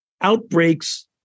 outbreaks